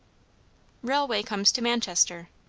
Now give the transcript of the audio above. railway comes to manchester.